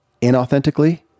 inauthentically